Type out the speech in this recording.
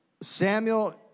Samuel